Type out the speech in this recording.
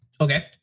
Okay